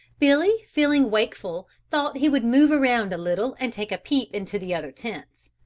billy, feeling wakeful, thought he would move around a little and take a peep into the other tents.